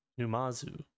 Numazu